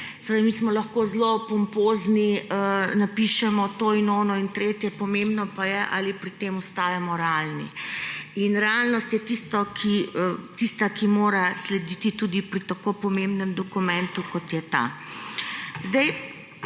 Mi smo lahko zelo pompozni, napišemo to in ono in tretje, pomembno pa je, ali pri tem ostajamo realni in realnost je tista, ki mora slediti tudi pri tako pomembnem dokumentu, kot je ta.